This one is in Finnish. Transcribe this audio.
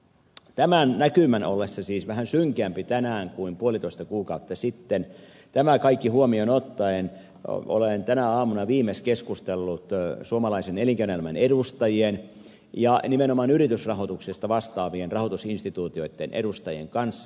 tämän näkymän ollessa siis vähän synkeämpi tänään kuin puolitoista kuukautta sitten tämä kaikki huomioon ottaen olen tänä aamuna viimeksi keskustellut suomalaisen elinkeinoelämän edustajien ja nimenomaan yritysrahoituksesta vastaavien rahoitusinstituutioitten edustajien kanssa